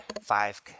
five